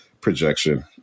projection